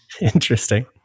Interesting